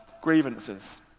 grievances